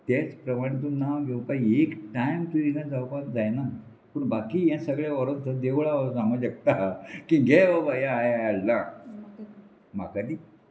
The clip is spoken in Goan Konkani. तेच प्रमाणे तूं नांव घेवपा एक टायम तूं तिगां जावपाक जायना पूण बाकी हें सगळें व्हरोन जर देवळां सांगूंक शकता की घे वय आय हाडलां म्हाका दी